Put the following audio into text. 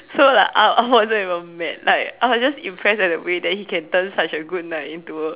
so like I I wasn't even mad like I was just impressed like the way he can turn such a good night into a